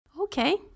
Okay